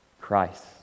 Christ